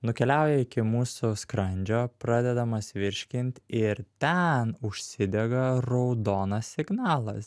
nukeliauja iki mūsų skrandžio pradedamas virškint ir ten užsidega raudonas signalas